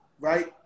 right